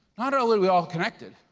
not only we're all connected,